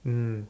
mm